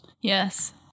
Yes